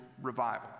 Revival